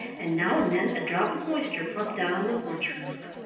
and now and then a drop of moisture plumped down on the porch roof.